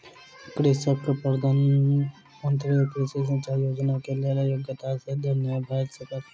कृषकक प्रधान मंत्री कृषि सिचाई योजना के लेल योग्यता सिद्ध नै भ सकल